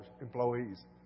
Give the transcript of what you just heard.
employees